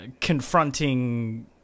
confronting